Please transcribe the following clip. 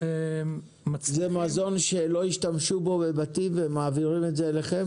זה מזון שלא השתמשו בו בבתים ומעבירים את זה אליכם?